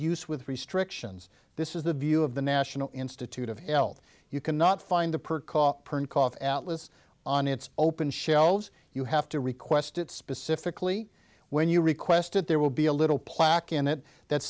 use with restrictions this is the view of the national institute of health you cannot find the perkoff cough atlas on its open shelves you have to request it specifically when you request it there will be a little plaque in it that